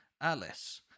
Alice